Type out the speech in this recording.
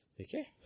Okay